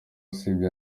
usibye